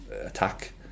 attack